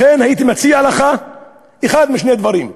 לכן הייתי מציע לך אחד משני דברים,